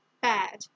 Bad